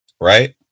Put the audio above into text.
Right